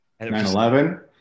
9-11